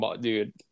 dude